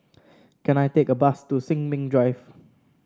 can I take a bus to Sin Ming Drive